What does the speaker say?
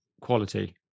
quality